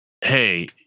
hey